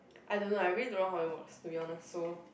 I don't know I really don't know how it works to be honest so